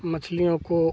मछलियों को